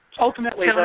Ultimately